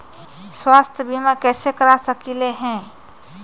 स्वाथ्य बीमा कैसे करा सकीले है?